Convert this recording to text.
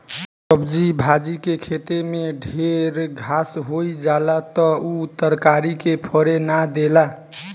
सब्जी भाजी के खेते में ढेर घास होई जाला त उ तरकारी के फरे ना देला